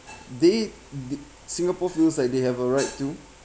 they did singapore feels like they have a right to